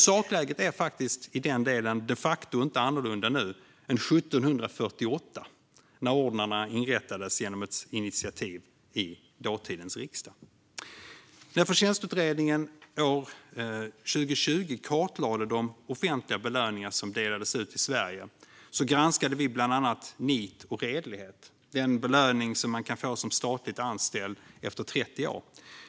Sakläget är i den delen de facto inte annorlunda nu än 1748, när ordnarna inrättades genom ett initiativ i dåtidens riksdag. När Förtjänstutredningen 2020 kartlade de offentliga belöningar som delas ut i Sverige granskade vi bland annat utmärkelsen För nit och redlighet i rikets tjänst - den belöning som man kan få som statligt anställd efter 30 år.